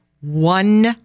one